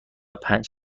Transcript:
پنج